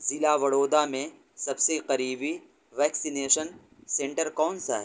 ضلع وڑودا میں سب سے قریبی ویکسینیشن سنٹر کون سا ہے